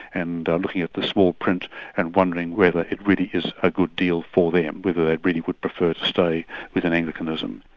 and looking at the small print and wondering whether it really is a good deal for them, whether they really would prefer to stay within anglicanism.